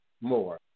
more